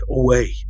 away